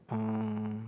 uh